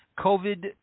COVID